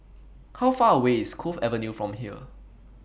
How Far away IS Cove Avenue from here